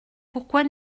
pourquoi